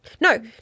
No